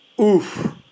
oof